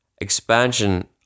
expansion